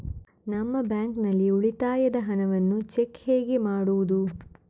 ನಮ್ಮ ಬ್ಯಾಂಕ್ ನಲ್ಲಿ ಉಳಿತಾಯದ ಹಣವನ್ನು ಚೆಕ್ ಹೇಗೆ ಮಾಡುವುದು?